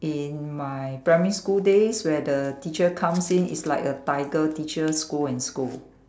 in my primary school days where the teacher comes in is like a tiger teacher scold and scold